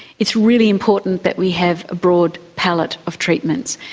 it's really important that we have a broad palette of treatments.